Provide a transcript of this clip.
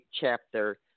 chapter